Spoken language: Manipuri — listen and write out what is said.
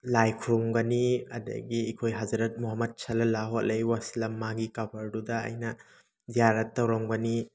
ꯂꯥꯏ ꯈꯨꯔꯨꯝꯒꯅꯤ ꯑꯗꯒꯤ ꯑꯩꯈꯣꯏ ꯍꯖꯔꯠ ꯃꯣꯍꯃꯠ ꯁꯜꯑꯂꯥꯍꯨ ꯑꯂꯥꯍꯤ ꯋꯥꯁꯂꯝ ꯃꯥꯒꯤ ꯀꯕꯔꯗꯨꯗ ꯑꯩꯅ ꯒ꯭ꯌꯥꯔꯠ ꯇꯧꯔꯝꯒꯅꯤ